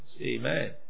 amen